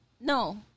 No